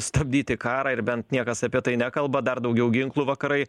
stabdyti karą ir bent niekas apie tai nekalba dar daugiau ginklų vakarai